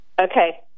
Okay